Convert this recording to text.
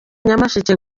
nyamasheke